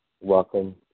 Welcome